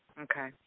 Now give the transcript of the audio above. Okay